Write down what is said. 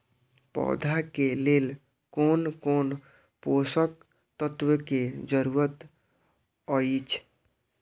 पौधा के लेल कोन कोन पोषक तत्व के जरूरत अइछ?